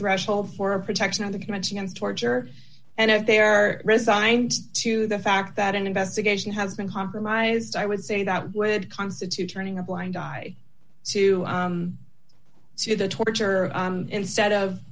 threshold for a protection of the convention and torture and if they are resigned to the fact that an investigation has been compromised i would say that would constitute turning a blind eye to see the torture instead of